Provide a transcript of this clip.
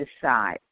decide